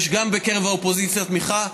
יש גם בקרב האופוזיציה תמיכה.